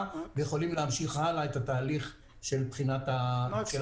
ויכולים להמשיך הלאה את התהליך של הלימוד המעשי.